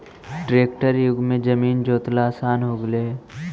tractor युग में जमीन जोतेला आसान हो गेले हइ